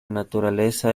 naturaleza